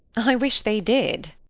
i wish they did.